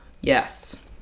Yes